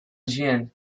jian